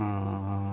हँ